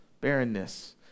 barrenness